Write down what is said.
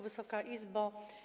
Wysoka Izbo!